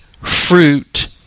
fruit